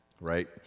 right